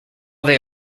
they